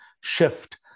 shift